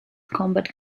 combat